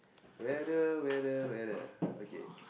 weather weather weather okay